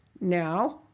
now